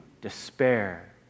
despair